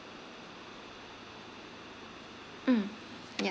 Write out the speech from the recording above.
um yeah